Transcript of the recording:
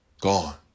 gone